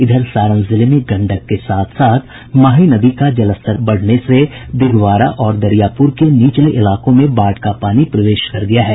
इधर सारण जिले में गंडक के साथ साथ माही नदी का जलस्तर बढ़ने से दिघवाड़ा और दरियापुर के निचले इलाकों में बाढ़ का पानी प्रवेश कर गया है